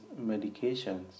medications